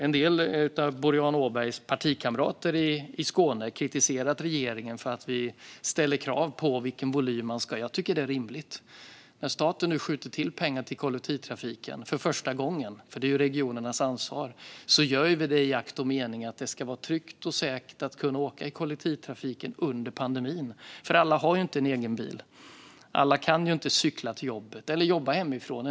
En del av Boriana Åbergs partikamrater i Skåne har kritiserat regeringen för att vi ställer krav på vilken volym det ska vara. Jag tycker att det är rimligt. När staten skjuter till pengar till kollektivtrafiken, för första gången, det är ju regionernas ansvar, gör vi det i akt och mening att det ska vara tryggt och säkert att åka i kollektivtrafiken under pandemin. Alla har inte egen bil. Alla kan inte cykla till jobbet eller jobba hemifrån.